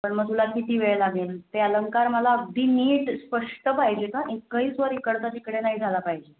पण मग तुला किती वेळ लागेल ते अलंकार मला अगदी नीट स्पष्ट पाहिजेत हां का एकही स्वर इकडचा तिकडे नाही झाला पाहिजे